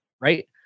right